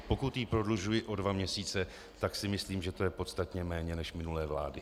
Pokud ji prodlužuji o dva měsíce, tak si myslím, že to je podstatně méně než minulé vlády.